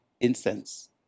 incense